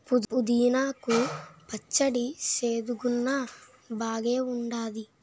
పుదీనా కు పచ్చడి సేదుగున్నా బాగేఉంటాది